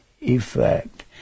effect